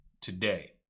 today